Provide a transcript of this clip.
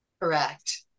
Correct